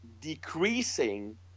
decreasing